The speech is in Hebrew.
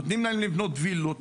נותנים להם לבנות וילות,